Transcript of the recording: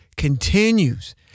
continues